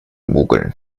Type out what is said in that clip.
mogeln